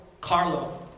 Carlo